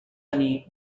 tenir